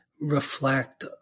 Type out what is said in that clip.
reflect